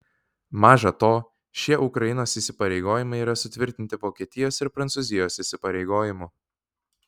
maža to šie ukrainos įsipareigojimai yra sutvirtinti vokietijos ir prancūzijos įsipareigojimų